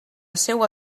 seua